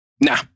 Nah